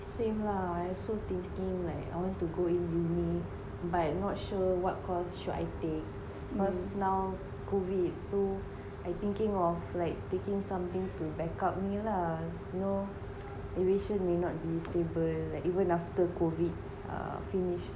same lah I also thinking like I want to go in uni but not sure what course should I take cause now COVID so I thinking of like taking something to back up me lah you know aviation may not be stable like even after COVID err finish